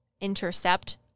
intercept